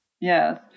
Yes